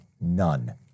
None